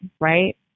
Right